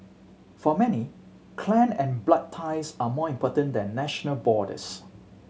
for many clan and blood ties are more important than national borders